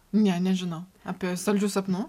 ne nežinau apie saldžių sapnų